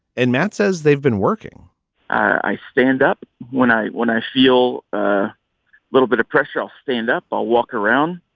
and matt says they've been working i stand up when i when i feel a little bit of pressure, i'll stand up, i'll walk around.